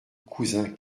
cousin